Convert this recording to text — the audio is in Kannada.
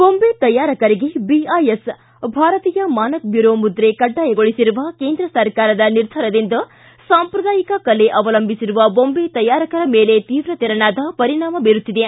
ಬೊಂಬೆ ತಯಾರಕರಿಗೆ ಬಿಐಎಸ್ ಭಾರತೀಯ ಮಾನಕ ಬ್ಲೂರೋ ಮುದ್ರೆ ಕಡ್ಡಾಯಗೊಳಿಸಿರುವ ಕೇಂದ್ರ ಸರ್ಕಾರದ ನಿರ್ಧಾರದಿಂದ ಸಾಂಪ್ರದಾಯಿಕ ಕಲೆ ಅವಲಂಬಿಸಿರುವ ಬೊಂಬೆ ತಯಾರಕರ ಮೇಲೆ ತೀರ್ವತೆರನಾದ ಪರಿಣಾಮ ಬೀರುತ್ತಿದೆ